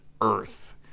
Earth